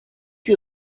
you